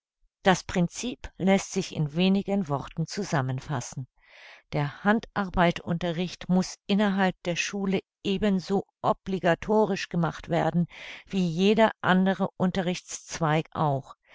das princip läßt sich in wenigen worten zusammenfassen der handarbeitunterricht muß innerhalb der schule eben so obligatorisch gemacht werden wie jeder andere unterrichtszweig auch